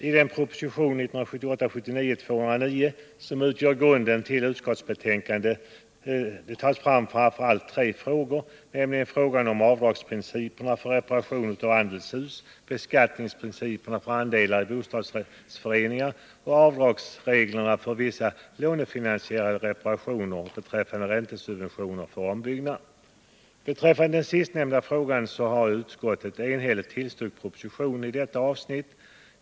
I den proposition 1978/79:209 som utgör grunden till utskottsbetänkandet tas framför allt fram tre frågor, nämligen avdragsprinciperna för reparation av andelshus, beskattningsprinciperna för andelar i bostadsrättsföreningar samt avdragsprinciperna för vissa lånefinansierade reparationer och beträffande räntesubventionerna för ombyggnader. När det gäller den sistnämnda frågan har utskottet enhälligt tillstyrkt propositionen i detta avsnitt.